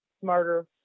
smarter